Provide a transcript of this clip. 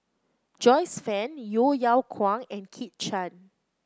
Joyce Fan Yeo Yeow Kwang and Kit Chan